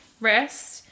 rest